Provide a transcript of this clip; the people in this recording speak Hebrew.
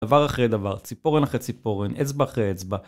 דבר אחרי דבר, ציפורן אחרי ציפורן, אצבע אחרי אצבע